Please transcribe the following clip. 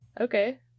Okay